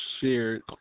shared